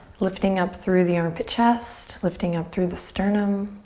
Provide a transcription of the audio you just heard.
lifting up through the armpit chest. lifting up through the sternum.